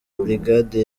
brigade